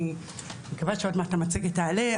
אני מקווה שעוד מעט המצגת תעלה,